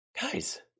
guys